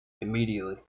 immediately